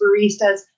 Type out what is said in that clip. baristas